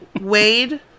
Wade